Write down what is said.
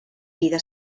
vida